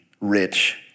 rich